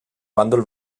bàndol